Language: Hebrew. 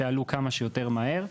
שיעלו כמה שיותר מהר.